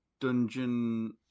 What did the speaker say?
dungeon